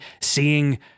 seeing